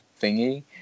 thingy